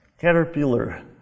caterpillar